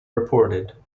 reported